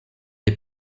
des